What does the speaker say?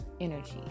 energy